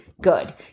good